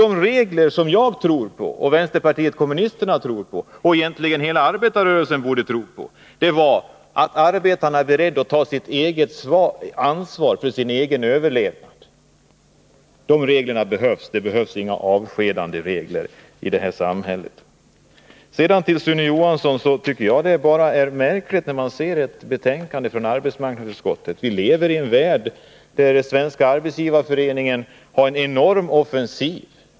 De regler som jag och vänsterpartiet kommunisterna tror på — och som egentligen hela arbetarrörelsen borde tro på — säger att arbetarna är beredda att ta eget ansvar för sin egen överlevnad. De reglerna behövs, men det behövs inga avskedanderegler i det här samhället! Sedan till Sune Johansson. Jag tycker det är märkligt att man kan få se ett sådant betänkande från arbetsmarknadsutskottet. Vi lever i en värld där Svenska arbetsgivareföreningen är enormt offensiv.